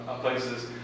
places